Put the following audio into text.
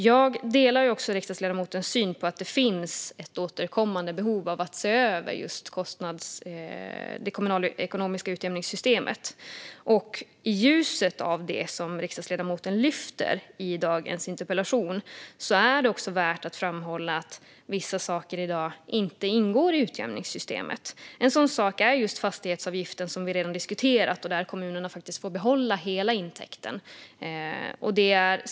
Jag delar riksdagsledamotens syn på att det finns ett återkommande behov av att se över det kommunalekonomiska utjämningssystemet. I ljuset av det som riksdagsledamoten lyfter upp i dagens interpellation är det också värt att framhålla att vissa saker i dag inte ingår i utjämningssystemet. En sådan sak är fastighetsavgiften, som vi redan diskuterat, där kommunerna faktiskt får behålla hela intäkten.